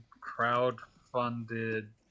crowd-funded